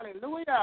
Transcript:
Hallelujah